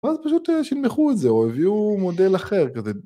ואז פשוט שנמכו את זה, או הביאו מודל אחר כזה